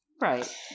Right